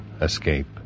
Escape